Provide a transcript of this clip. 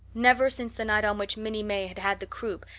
never, since the night on which minnie may had had the croup,